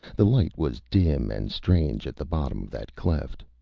the light was dim and strange at the bottom of that cleft.